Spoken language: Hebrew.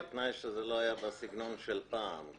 זה בתנאי שזה לא היה בסגנון של פעם.